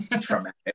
traumatic